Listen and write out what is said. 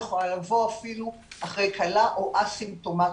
היא יכולה לבוא אפילו אחרי קלה או א-סימפטומטית.